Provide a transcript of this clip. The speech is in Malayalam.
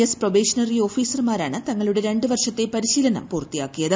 എസ് പ്രൊബേഷണറി ഓഫീസർമാരാണ് തങ്ങളുടെ രണ്ടു വർഷത്തെ പരിശീലനം പൂർത്തിയാക്കിയത്